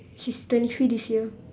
she's twenty three this year